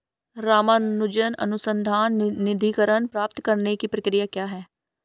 रामानुजन अनुसंधान निधीकरण प्राप्त करने की प्रक्रिया क्या है?